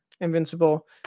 Invincible